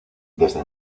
desde